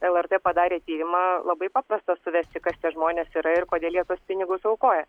lrt padarė tyrimą labai paprasta suvesti kas tie žmonės yra ir kodėl jie tuos pinigus aukoja